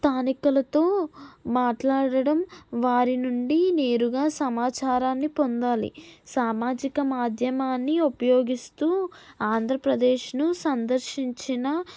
స్థానికులతో మాట్లాడడం వారి నుండి నేరుగా సమాచారాన్ని పొందాలి సామాజిక మాధ్యమాన్ని ఉపయోగిస్తూ ఆంధ్రప్రదేశ్ను సందర్శించిన